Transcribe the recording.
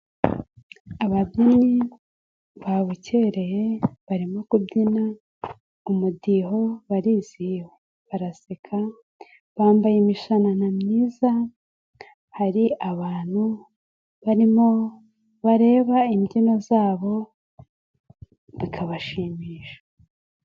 Ababyinnyi babukereye barimo kubyina umudiho, barizihiwe baraseka bambaye imishanana myiza, hari abantu barimo bareba imbyino zabo bikabashimisha.